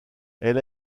elle